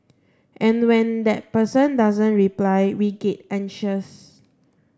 and when that person doesn't reply we get anxious